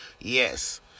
yes